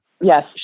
Yes